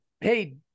hey